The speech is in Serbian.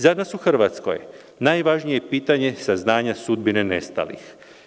Za nas u Hrvatskoj najvažnije je pitanje saznanja sudbine nestalih.